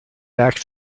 back